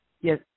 Yes